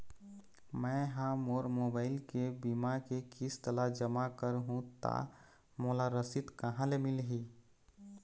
मैं हा मोर मोबाइल ले बीमा के किस्त ला जमा कर हु ता मोला रसीद कहां ले मिल ही?